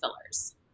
fillers